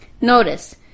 Notice